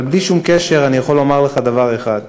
אבל בלי שום קשר, אני יכול להגיד לך דבר אחד: